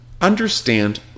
understand